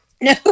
no